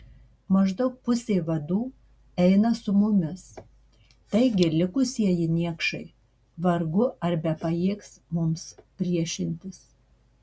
maždaug pusė vadų eina su mumis taigi likusieji niekšai vargu ar bepajėgs mums priešintis